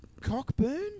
Cockburn